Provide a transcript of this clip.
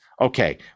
Okay